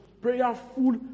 prayerful